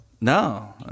No